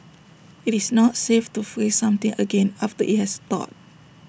IT is not safe to freeze something again after IT has thawed